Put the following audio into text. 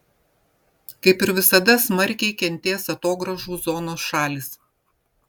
kaip ir visada smarkiai kentės atogrąžų zonos šalys